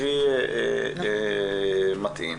הכי מתאים.